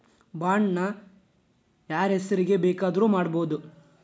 Bond ನ ಯಾರ್ಹೆಸ್ರಿಗ್ ಬೆಕಾದ್ರುಮಾಡ್ಬೊದು?